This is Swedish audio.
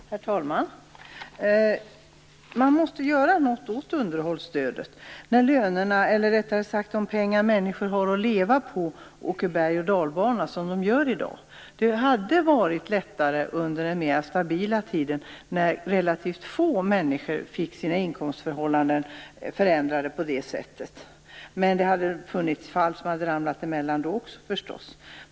Herr talman! Man måste göra något åt underhållsstödet när de pengar som människor har att leva på varierar så uppåt och nedåt. Det hade varit lättare under den mer stabila tiden då relativt få människor fick sina inkomstförhållanden förändrade på samma sätt som i dag sker.